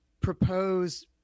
propose